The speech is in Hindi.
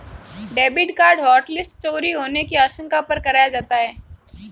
डेबिट कार्ड हॉटलिस्ट चोरी होने की आशंका पर कराया जाता है